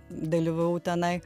dalyvavau tenai